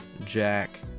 Jack